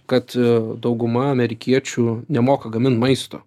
kad dauguma amerikiečių nemoka gamint maisto